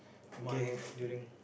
game during